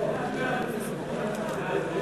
ההצעה להעביר